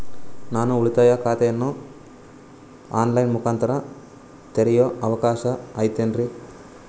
ನಾನು ಉಳಿತಾಯ ಖಾತೆಯನ್ನು ಆನ್ ಲೈನ್ ಮುಖಾಂತರ ತೆರಿಯೋ ಅವಕಾಶ ಐತೇನ್ರಿ?